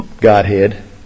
Godhead